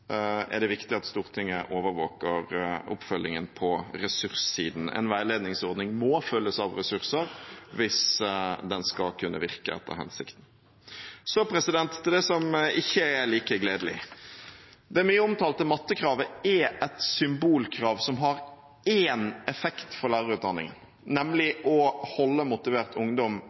er det viktig at Stortinget overvåker oppfølgingen på ressurssiden. En veiledningsordning må følges av ressurser hvis den skal kunne virke etter hensikten. Så til det som ikke er like gledelig. Det mye omtalte mattekravet er et symbolkrav som har én effekt for lærerutdanningen, nemlig å holde motivert ungdom